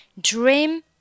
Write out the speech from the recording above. Dream